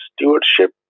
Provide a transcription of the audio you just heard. stewardship